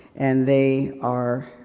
and they are,